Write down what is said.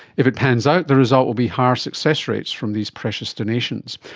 if it pans out the result will be higher success rates from these precious donations.